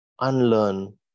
unlearn